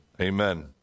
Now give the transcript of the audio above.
Amen